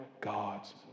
God's